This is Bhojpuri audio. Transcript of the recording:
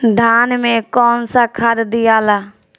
धान मे कौन सा खाद दियाला?